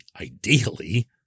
ideally